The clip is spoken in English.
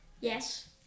Yes